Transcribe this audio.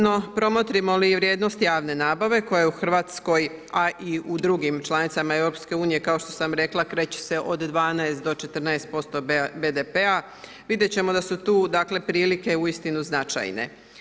No promotrimo li vrijednost javne nabave koja je u Hrvatskoj, a i u drugim članicama EU, kao što sam rekla kreće se od 12 do 14% BDP-a, vidjet ćemo da su tu dakle prilike uistinu značajne.